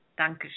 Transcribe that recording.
Dankeschön